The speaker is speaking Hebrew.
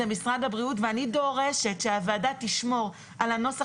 זה משרד הבריאות ואני דורשת שהוועדה תשמור על הנוסח